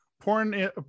porn